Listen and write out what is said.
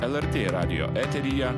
lrt radijo eteryje